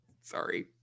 Sorry